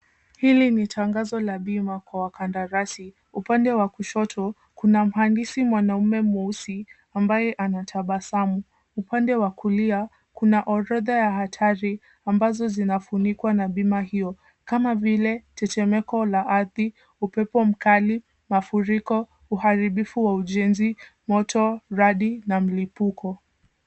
Hili ni tangazo la bima kwa wakandarasi, upande wa kushoto, kuna mhandisi mwanaume mweusi ambaye anatabasamu. Upande wa kulia, kuna orodha ya hatari ambazo zinafunikwa na bima hiyo. Kama vile; tetemeko la ardhi, upepo mkali, mafuriko, uharibifu wa ujenzi, moto, radi na mlipuko.